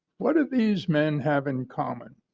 what do these men have in common,